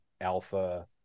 Alpha